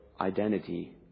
identity